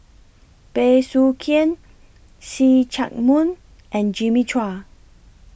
Bey Soo Khiang See Chak Mun and Jimmy Chua